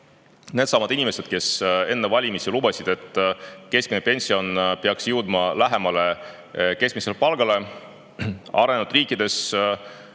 needsamad inimesed, kes enne valimisi lubasid, et keskmine pension peaks jõudma lähemale keskmisele palgale. Arenenud riikides